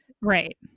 right